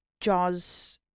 JAWS